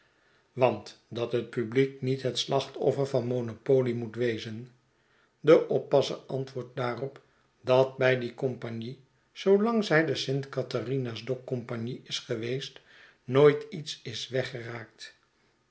want dat het publiek niet het slachtoffer van monopolie moet wezen de oppasser antwoordt daarop dat bij die compagnie zoolang zij de st catharinas dock compagnie is geweest nooit iets is weggeraakt